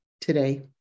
today